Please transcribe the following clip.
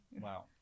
wow